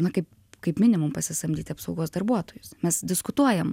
na kaip kaip minimum pasisamdyti apsaugos darbuotojus mes diskutuojam